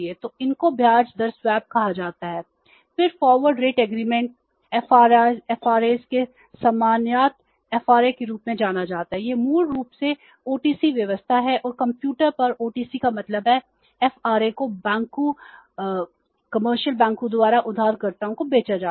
तो इनको ब्याज दर स्वैप कहा जाता है फिर फॉरवर्ड रेट एग्रीमेंट को बैंकों वाणिज्यिक बैंकों द्वारा उधारकर्ताओं को बेचा जाता है